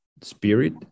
spirit